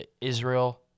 Israel